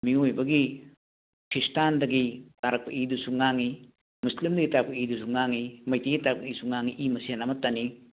ꯃꯤꯑꯣꯏꯕꯒꯤ ꯈ꯭ꯔꯤꯁꯇꯥꯟꯗꯒꯤ ꯇꯥꯔꯛꯄ ꯏꯗꯨꯁꯨ ꯉꯥꯡꯏ ꯃꯨꯁꯂꯤꯝꯗꯒꯤ ꯇꯥꯔꯛꯄ ꯏꯗꯨꯁꯨ ꯉꯥꯡꯏ ꯃꯩꯇꯩꯗꯒꯤ ꯇꯥꯔꯛꯄ ꯏꯗꯨꯁꯨ ꯉꯥꯡꯏ ꯏꯃꯁꯦꯜ ꯑꯃꯠꯇꯅꯤ